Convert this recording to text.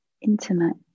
intimate